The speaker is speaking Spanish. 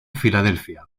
filadelfia